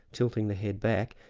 tilting the head back,